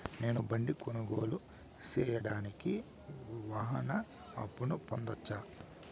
నేను బండి కొనుగోలు సేయడానికి వాహన అప్పును పొందవచ్చా?